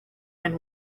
and